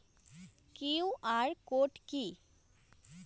QR code কি?